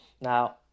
Now